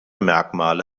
merkmale